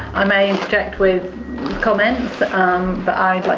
i may interject with comments but i'd like